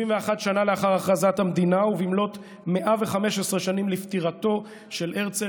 71 שנה לאחר הכרזת המדינה ובמלאת 115 שנים לפטירתו של הרצל,